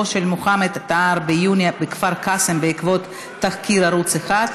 של מוחמד טאהא ביוני בכפר קאסם בעקבות תחקיר ערוץ 1,